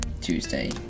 Tuesday